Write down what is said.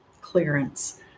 clearance